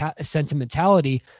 sentimentality